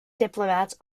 diplomats